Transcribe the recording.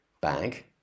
bag